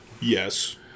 Yes